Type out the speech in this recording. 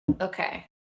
okay